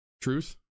truth